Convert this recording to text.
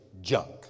junk